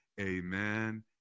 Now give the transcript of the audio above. amen